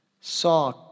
saw